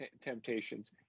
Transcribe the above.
temptations